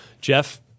Jeff